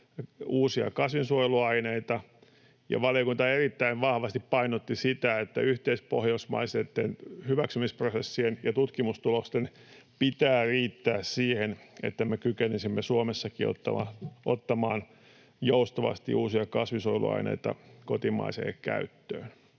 uusia kasvinsuojeluaineita. Valiokunta erittäin vahvasti painotti sitä, että yhteispohjoismaisten hyväksymisprosessien ja tutkimustulosten pitää riittää siihen, että me kykenisimme Suomessakin ottamaan joustavasti uusia kasvinsuojeluaineita kotimaiseen käyttöön.